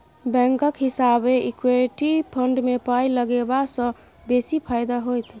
बैंकक हिसाबैं equity fund मे पाय लगेबासँ बेसी फायदा होइत